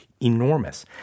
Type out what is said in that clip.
enormous